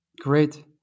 Great